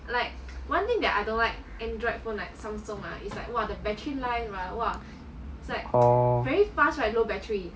orh